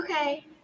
Okay